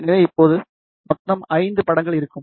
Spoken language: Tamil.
எனவே இப்போது மொத்தம் 5 படங்கள் இருக்கும்